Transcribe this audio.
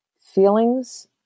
feelings